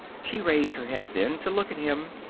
she raised her head then, to look at him.